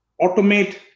automate